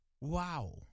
Wow